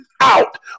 out